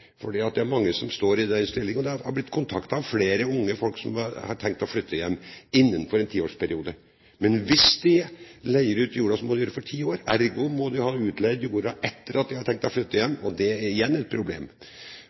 fordi det er mange som står i den stillingen at – jeg har blitt kontaktet av flere unge folk – de har tenkt å flytte hjem innen en tiårsperiode. Men hvis de leier ut jorda, må de gjøre det for ti år. Ergo må de ha leid ut jorda etter at de har tenkt å flytte hjem, og det er igjen et problem.